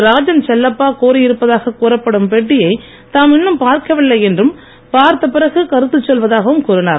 ராஜன் செல்லப்பா கோரியிருப்பதாகக் கூறப்படும் பேட்டியை தாம் இன்னும் பார்க்கவில்லை என்றும் பார்த்த பிறகு கருத்துச் சொல்வதாகவும் கூறினார்